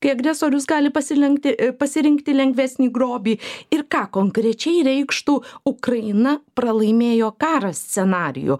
kai agresorius gali pasilenkti pasirinkti lengvesnį grobį ir ką konkrečiai reikštų ukraina pralaimėjo karą scenarijų